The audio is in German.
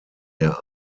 der